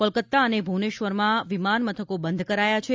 કોલકતા અને ભુવનેશ્વરનાં વિમાન મથકો બંધ કરાયાં છે